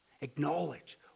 Acknowledge